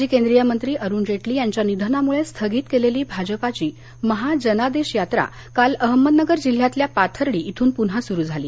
माजी केंद्रीय मंत्री अरुण जेटली यांच्या निधनामुळे स्थगित केलेली भाजपाची महाजनादेश यात्रा काल अहमदनगर जिल्ह्यातल्या पाथर्डी इथून पुन्हा सुरु झाली